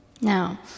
Now